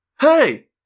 Hey